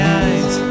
eyes